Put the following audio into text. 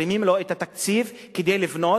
מזרימים לו את התקציב כדי לבנות,